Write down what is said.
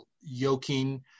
yoking